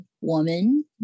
woman